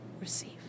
receive